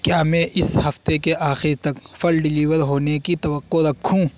کیا میں اس ہفتے کے آخر تک پھل ڈلیور ہونے کی توقع رکھوں